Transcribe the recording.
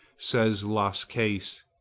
says las cases,